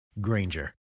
Granger